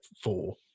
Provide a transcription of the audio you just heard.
four